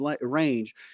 range